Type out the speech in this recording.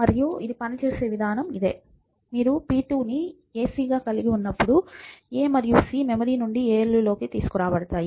మీరు p2 ని ac గా కలిగి ఉన్నప్పుడు a మరియు c మెమరీ నుండి ALUలోకి తీసుకురాబడతాయి